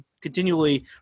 continually